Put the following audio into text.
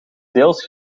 deels